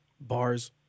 Bars